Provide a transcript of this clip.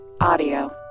Audio